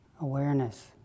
awareness